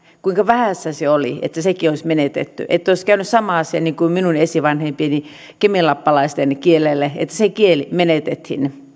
kuinka vähässä se oli että sekin olisi menetetty että olisi käynyt sama asia niin kuin minun esivanhempieni keminlappalaisten kielelle että se kieli menetettiin